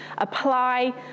apply